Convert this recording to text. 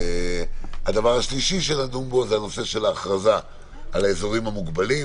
הדבר השלישי שנדון בו הוא הנושא של ההכרזה על האזורים המוגבלים,